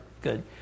good